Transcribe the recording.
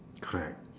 correct